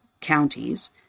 counties